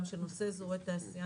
שנושא אזורי תעשייה,